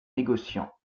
négociant